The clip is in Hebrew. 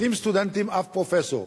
20 סטודנטים, אף פרופסור.